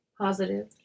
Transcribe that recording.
positive